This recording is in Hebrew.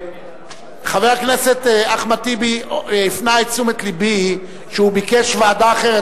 חבר הכנסת אחמד טיבי הפנה את תשומת לבי שהוא ביקש ועדה אחרת.